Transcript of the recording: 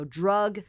drug